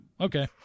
Okay